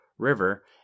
River